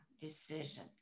Decision